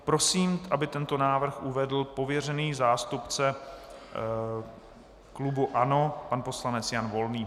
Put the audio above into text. Prosím, aby tento návrh uvedl pověřený zástupce klubu ANO, pan poslanec Jan Volný.